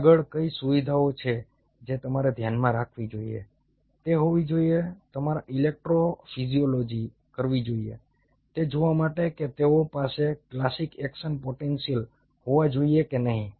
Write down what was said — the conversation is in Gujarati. આગળ કઈ સુવિધાઓ છે જે તમારે ધ્યાનમાં રાખવી જોઈએ તે હોવી જોઈએ તમારે ઇલેક્ટ્રોફિઝિયોલોજી કરવી જોઈએ તે જોવા માટે કે તેઓ પાસે ક્લાસિક એક્શન પોટેન્શિયલ હોવા જોઈએ કે નહીં